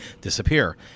disappear